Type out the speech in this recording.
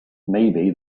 maybe